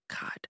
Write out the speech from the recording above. God